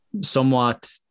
somewhat